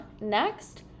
Next